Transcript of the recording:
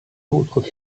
autres